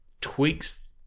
tweaks